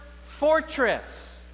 fortress